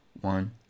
one